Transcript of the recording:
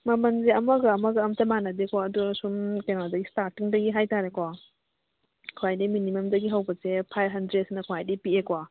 ꯃꯃꯟꯁꯦ ꯑꯃꯒ ꯑꯃꯒ ꯑꯝꯇ ꯃꯥꯟꯅꯗꯦꯀꯣ ꯑꯗꯨ ꯁꯨꯝ ꯀꯩꯅꯣꯗꯒꯤ ꯏꯁꯇꯥꯔꯇꯤꯡꯗꯒꯤ ꯍꯥꯏꯇꯔꯦꯀꯣ ꯈ꯭ꯋꯥꯏꯗꯒꯤ ꯃꯤꯅꯤꯃꯝꯗꯒꯤ ꯍꯧꯕꯁꯦ ꯐꯥꯏꯚ ꯍꯟꯗ꯭ꯔꯦꯗꯁꯤꯅ ꯈ꯭ꯋꯥꯏꯗꯒꯤ ꯄꯤꯛꯑꯦꯀꯣ